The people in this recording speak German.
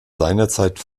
seinerzeit